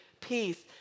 peace